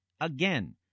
Again